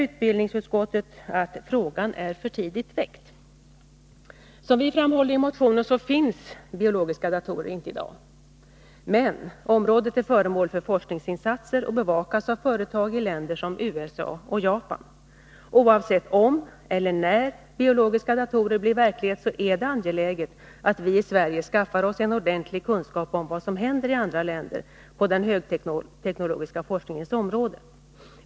Utbildningsutskottet menar att frågan är ”för tidigt väckt”. Som vi framhåller i motionen finns biologiska datorer inte i dag. Men området är föremål för forskningsinsatser och bevakas av företag i länder som USA och Japan. Oavsett om eller när biologiska datorer blir verklighet är det angeläget att vi i Sverige skaffar oss en ordentlig kunskap om vad som händer i andra länder på den högteknologiska forskningens område.